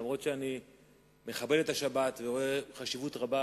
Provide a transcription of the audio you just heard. אף שאני מכבד את השבת ורואה חשיבות רבה